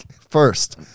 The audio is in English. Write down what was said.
First